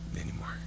Anymore